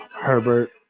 Herbert